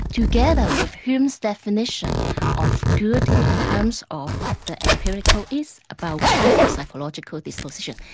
together with hume's definition of good in terms of the empirical is about people's psychological disposition,